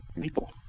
people